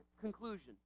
conclusion